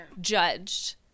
judged